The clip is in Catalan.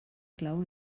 clau